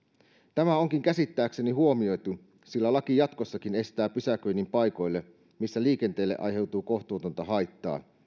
tämä onkin käsittääkseni huomioitu sillä laki jatkossakin estää pysäköinnin paikoille missä liikenteelle aiheutuu kohtuutonta haittaa